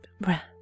breath